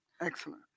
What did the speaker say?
excellent